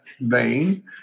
vein